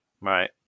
Right